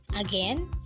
Again